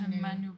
Manu